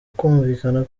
kumvikana